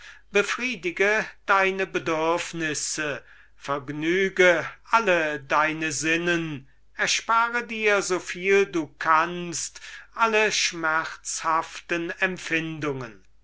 befriedige deine bedürfnisse vergnüge alle deine sinnen und erspare dir so viel du kannst alle schmerzhaften empfindungen